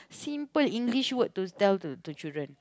simple English word to tell to children